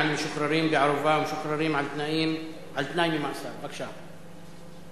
על משוחררים בערובה ומשוחררים על-תנאי ממאסר (הוראת